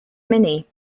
mini